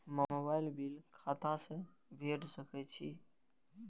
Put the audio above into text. Mobile bill खाता से भेड़ सके छि?